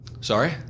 Sorry